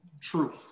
True